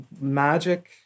magic